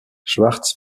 schwartz